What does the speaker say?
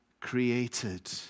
created